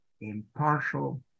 impartial